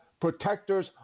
protectors